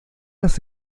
las